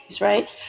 right